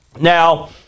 Now